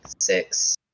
six